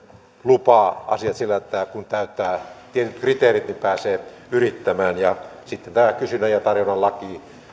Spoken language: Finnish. lupa asiat siten että kun täyttää tietyt kriteerit niin pääsee yrittämään ja sitten tämä kysynnän ja tarjonnan laki